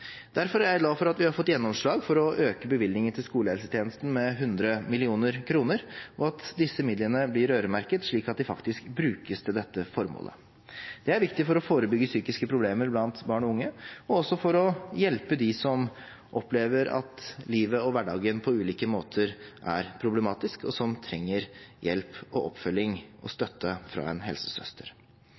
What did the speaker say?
Derfor er jeg glad for at vi har fått gjennomslag for å øke bevilgningene til skolehelsetjenesten med 100 mill. kr, og at disse midlene blir øremerket, slik at de faktisk brukes til dette formålet. Det er viktig for å forebygge psykiske problemer blant barn og unge og også for å hjelpe dem som opplever at livet og hverdagen på ulike måter er problematisk, og som trenger hjelp, oppfølging og støtte fra en helsesøster.